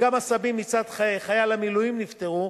וגם הסבים מצד חייל המילואים נפטרו,